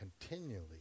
continually